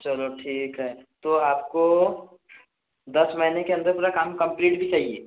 चलो ठीक है तो आपको दस महीने के अंदर पूरा काम कंप्लीट भी चाहिए